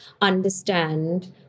understand